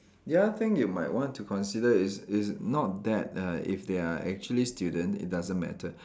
the other thing you might want to consider is is not that uh if they are actually student it doesn't matter